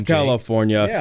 California